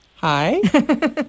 Hi